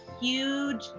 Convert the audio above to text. huge